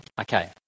Okay